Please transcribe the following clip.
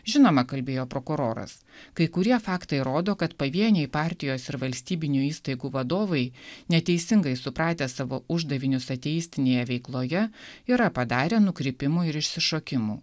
žinoma kalbėjo prokuroras kai kurie faktai rodo kad pavieniai partijos ir valstybinių įstaigų vadovai neteisingai supratę savo uždavinius ateistinėje veikloje yra padarę nukrypimų ir išsišokimų